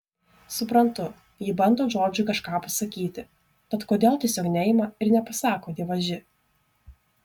suprantu ji bando džordžui kažką pasakyti tad kodėl tiesiog neima ir nepasako dievaži